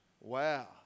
Wow